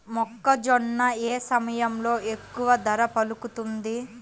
మొక్కజొన్న ఏ సమయంలో ఎక్కువ ధర పలుకుతుంది?